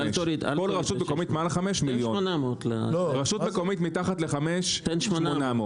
כל רשות מקומית מעל חמש מיליון.